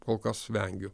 kol kas vengiu